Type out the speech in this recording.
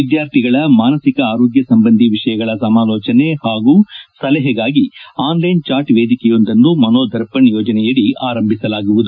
ವಿದ್ಯಾರ್ಥಿಗಳ ಮಾನಸಿಕ ಆರೋಗ್ಯ ಸಂಬಂಧಿ ವಿಷಯಗಳ ಸಮಾಲೋಚನೆ ಹಾಗೂ ಸಲಹೆಗಾಗಿ ಆನ್ಲೈನ್ ಚಾಟ್ ವೇದಿಕೆಯೊಂದನ್ನು ಮನೋದರ್ಪಣ್ ಯೋಜನೆಯಡಿ ಆರಂಭಿಸಲಾಗುವುದು